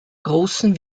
großen